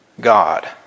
God